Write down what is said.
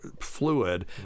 fluid